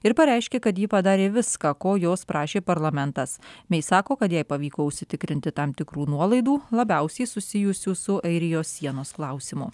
ir pareiškė kad ji padarė viską ko jos prašė parlamentas mei sako kad jai pavyko užsitikrinti tam tikrų nuolaidų labiausiai susijusių su airijos sienos klausimu